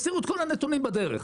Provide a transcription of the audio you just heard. הסתירו את כל הנתונים בדרך.